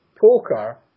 poker